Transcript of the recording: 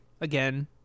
again